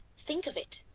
think of it!